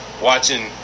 Watching